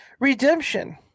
Redemption